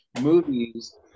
movies